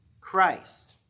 Christ